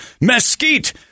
mesquite